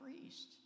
priest